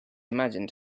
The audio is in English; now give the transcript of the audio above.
imagined